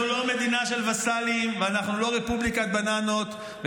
לא מדינה של וסלים ואנחנו לא רפובליקת בננות.